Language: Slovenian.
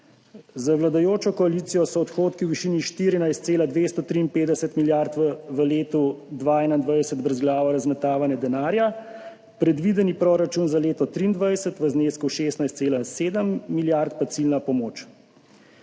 Za vladajočo koalicijo so odhodki v višini 14,253 milijarde v letu 2021 brezglavo razmetavanje denarja, predvideni proračun za leto 2023 v znesku 16,7 milijarde pa ciljna pomoč.